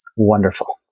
wonderful